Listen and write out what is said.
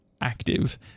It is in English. active